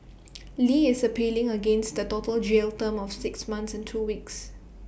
li is appealing against the total jail term of six months and two weeks